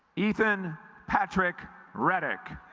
ethan patrick redick